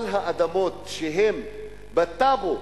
כל האדמות שהן בטאבו,